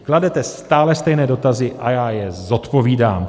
Kladete stále stejné dotazy a já je zodpovídám.